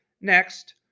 Next